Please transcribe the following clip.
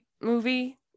movie